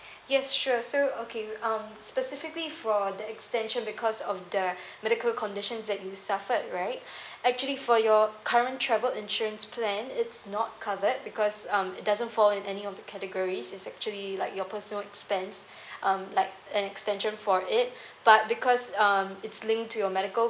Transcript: yes sure so okay um specifically for the extension because of the medical conditions that you suffered right actually for your current travel insurance plan it's not covered because um it doesn't fall in any of the categories it's actually like your personal expense um like an extension for it but because um it's linked to your medical